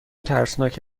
ترسناک